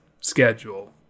schedule